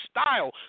style